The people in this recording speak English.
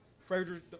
Frederick